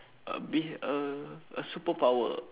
a a a superpower